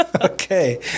Okay